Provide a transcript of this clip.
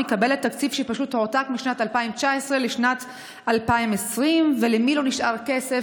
מקבלת תקציב שפשוט הועתק משנת 2019 לשנת 2020. ולמי לא נשאר כסף?